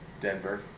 Denver